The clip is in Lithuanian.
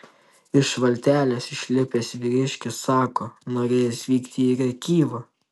iš valtelės išlipęs vyriškis sako norėjęs vykti į rėkyvą